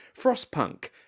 Frostpunk